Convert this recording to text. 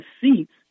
seats